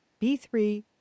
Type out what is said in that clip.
B3